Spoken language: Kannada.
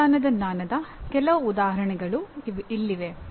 ಕಾರ್ಯವಿಧಾನದ ಜ್ಞಾನದ ಕೆಲವು ಉದಾಹರಣೆಗಳು ಇಲ್ಲಿವೆ